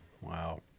Wow